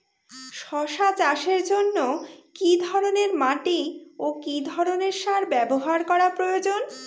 শশা চাষের জন্য কি ধরণের মাটি ও কি ধরণের সার ব্যাবহার করা প্রয়োজন?